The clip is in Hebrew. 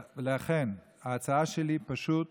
לכן ההצעה שלי היא פשוט